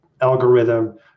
algorithm